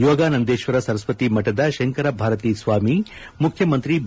ಯೋಗಾನಂದೇಶ್ವರ ಸರಸ್ವತಿ ಮಠದ ಶಂಕರಭಾರತೀ ಸ್ವಾಮಿ ಮುಖ್ಯಮಂತ್ರಿ ಬಿ